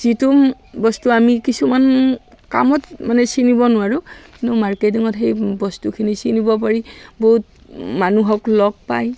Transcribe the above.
যিটো বস্তু আমি কিছুমান কামত মানে চিনিব নোৱাৰোঁ কিন্তু মাৰ্কেটিঙত সেই বস্তুখিনি চিনিব পাৰি বহুত মানুহক লগ পায়